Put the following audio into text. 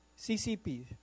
CCP